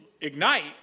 ignite